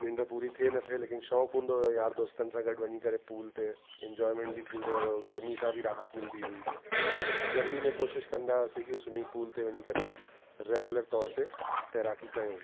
निंड पूरी थिए न थिए लेकिन शौक़ु हूंदो हुओ यार दोस्तनि सां गॾु वञी करे पूल ते इंजॉयमेंट बि थींदो हुओ गर्मी सां बि राहत मिलंदी हुई गर्मी में कोशिशि कंदा हुआसीं की स्विमिंग पूल ते वञी करे रैगुलर तौर ते तैराकी कयूं